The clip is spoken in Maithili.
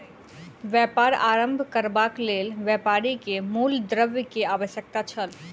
व्यापार आरम्भ करबाक लेल व्यापारी के मूल द्रव्य के आवश्यकता छल